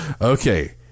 Okay